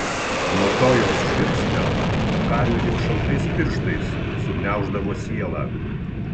nuo to jos žvilgsnio kariui lyg šaltais pirštais sugniauždavo sielą